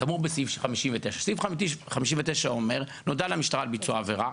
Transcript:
כאמור בסעיף 59. סעיף 59 אומר: נודע למשטרה על ביצוע עבירה,